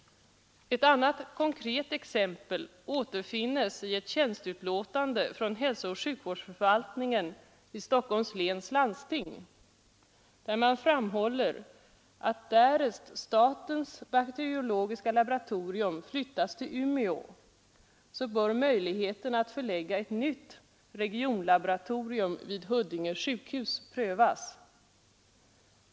Ett annat konkret exempel återfinns i ett tjänsteutlåtande från hälsooch sjukvårdsförvaltningen i Stockholms läns landsting, där man framhåller att därest statens bakteriologiska laboratorium flyttas till Umeå bör möjligheterna att förlägga ett nytt regionlaboratorium vid Huddinge sjukhus prövas.